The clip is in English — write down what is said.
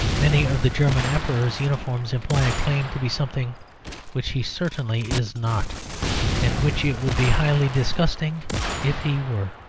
many of the german emperor's uniforms imply a claim to be something which he certainly is not and which it would be highly disgusting if he were.